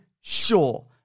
sure